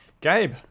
Gabe